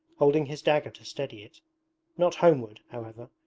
holding his dagger to steady it not homeward, however,